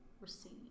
receive